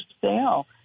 sale